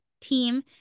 team